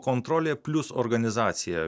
kontrolė plius organizacija